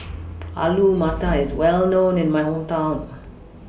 Alu Matar IS Well known in My Hometown